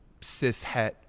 cishet